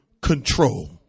control